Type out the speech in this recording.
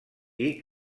dir